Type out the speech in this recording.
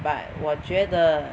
but 我觉得